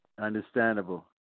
Understandable